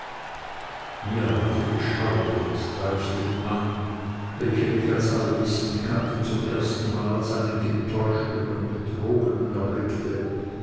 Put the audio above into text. mir hatte geschaudert da ich den mann welchen ich als allwissend kannte zum ersten male als einen getäuschten und betrogenen erblickte